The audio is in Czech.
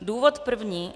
Důvod první.